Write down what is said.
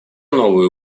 новые